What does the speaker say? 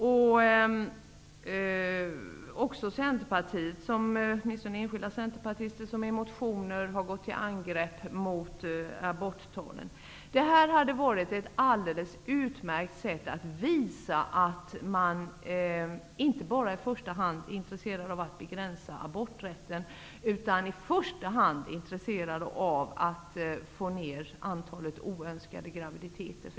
Det gäller även de enskilda centerpartister som i motioner har gått till angrepp mot aborttalen. Detta hade varit ett alldeles utmärkt sätt att visa att man inte bara är intresserad av att begränsa aborträtten utan i första hand är intresserad av att minska antalet oönskade graviditeter.